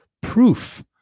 proof